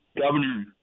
Governor